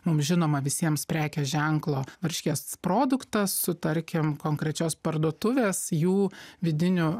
mums žinomą visiems prekės ženklo varškės produktą su tarkim konkrečios parduotuvės jų vidiniu